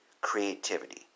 Creativity